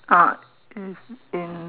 uh it's in